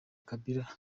kabila